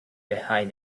behind